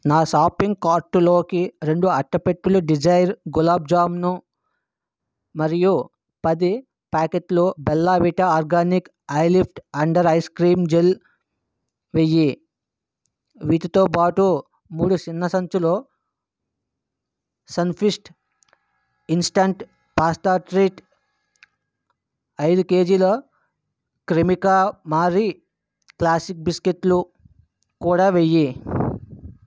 నా షాపింగ్ కార్టులోకి రెండు అట్టపెట్టెలు డిజైర్ గులాబ్ జామూన్ మరియు పది ప్యాకెట్లు Bella Vita organic eyelift under eye cream gel వెయ్యి వీటితో పాటు మూడు చిన్న సంచులు సన్ఫీస్ట్ ఇంస్టంట్ పాస్తా ట్రీట్ ఐదు కేజీలు క్రెమికా మారీ క్లాసిక్ బిస్కెట్లు కూడా వెయ్యి